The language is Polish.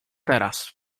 teraz